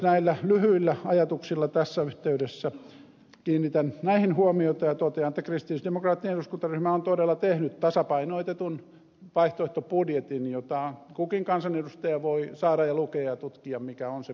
näillä lyhyillä ajatuksilla tässä yhteydessä kiinnitän näihin asioihin huomiota ja totean että kristillisdemokraattinen eduskuntaryhmä on todella tehnyt tasapainotetun vaihtoehtobudjetin jota kukin kansanedustaja voi lukea ja tutkia mikä on se meidän vaihtoehtomme